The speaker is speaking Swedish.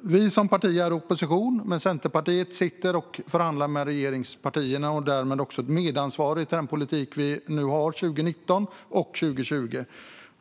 Vi som parti är i opposition. Men Centerpartiet sitter och förhandlar med regeringspartierna och är därmed medansvarigt till den politik vi nu har 2019 och 2020.